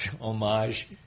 homage